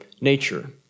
nature